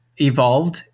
evolved